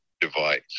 device